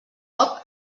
top